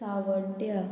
सांवड्ड्या